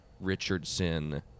Richardson